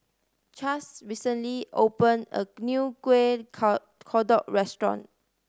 Chaz recently opened a new kueh ko kodok restaurant